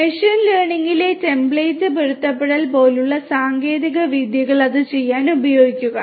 machine ലേണിംഗിലെ template പൊരുത്തപ്പെടുത്തൽ പോലുള്ള സാങ്കേതിക വിദ്യകൾ അത് ചെയ്യാൻ ഉപയോഗിക്കാം